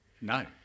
No